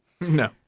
No